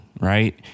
right